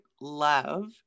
love